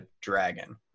dragon